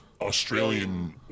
Australian